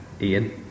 Ian